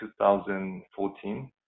2014